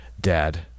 Dad